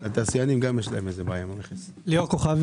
עם התפרצות הקורונה